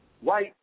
white